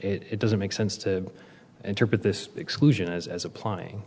it doesn't make sense to interpret this exclusion as as applying